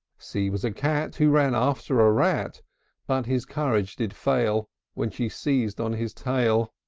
c was a cat who ran after a rat but his courage did fail when she seized on his tail.